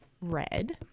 Red